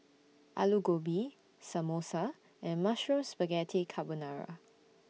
Alu Gobi Samosa and Mushroom Spaghetti Carbonara